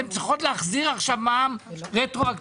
הם צריכים להחזיר עכשיו מע"מ רטרואקטיבי,